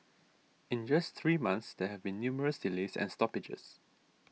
in just three months there have been numerous delays and stoppages